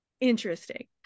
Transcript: interesting